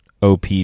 op